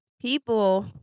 people